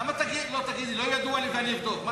למה שלא תגידי: לא ידוע לי ואני אבדוק?